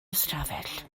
ystafell